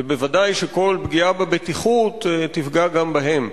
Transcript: וודאי שכל פגיעה בבטיחות תפגע גם בהם.